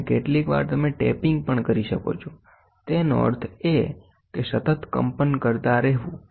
અને કેટલીકવાર તમે ટેપીંગ પણ કરી શકો છો તેનો અર્થ એ કે સતત કંપન કરતા રહેવું